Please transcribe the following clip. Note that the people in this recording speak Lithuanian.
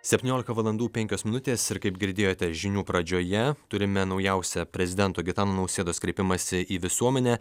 septyniolika valandų penkios minutės ir kaip girdėjote žinių pradžioje turime naujausią prezidento gitano nausėdos kreipimąsi į visuomenę